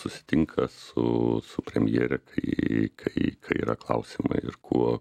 susitinka su su premjere kai kai yra klausimai ir kuo